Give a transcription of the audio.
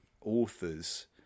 authors